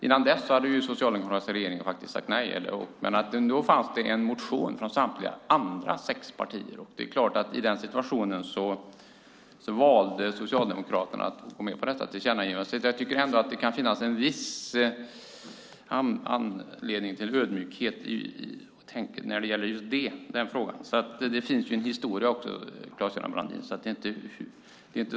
Innan dess hade socialdemokratiska regeringar sagt nej, men då fanns det en motion från övriga sex partier. I den situationen valde Socialdemokraterna att gå med på detta tillkännagivande. Jag tycker därför att det kan finnas anledning till viss ödmjukhet i just den frågan. Det finns en historia bakom, Claes-Göran Brandin.